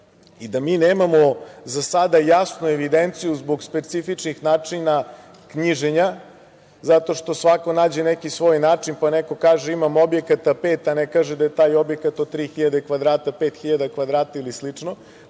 i da mi nemamo za sada jasnu evidenciju zbog specifičnih načina knjiženja, zato što svako nađe neki svoj način, pa neko kaže – imam objekata pet a ne kaže da je taj objekat od 3.000 kvadrata, 5.000 kvadrata ili slično. Smatram